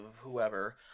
whoever